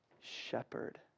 shepherd